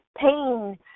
pain